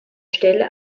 stelle